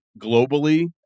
globally